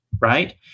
Right